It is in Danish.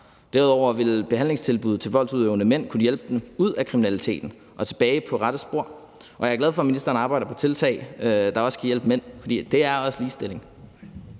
Derudover vil behandlingstilbuddet til voldsudøvende mænd kunne hjælpe dem ud af kriminaliteten og tilbage på rette spor, og jeg er glad for, at ministeren arbejder på tiltag, der også kan hjælpe mænd. For det er også ligestilling.